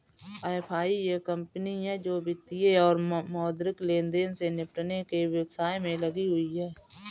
FI एक company है जो वित्तीय और मौद्रिक लेनदेन से निपटने के व्यवसाय में लगी हुई है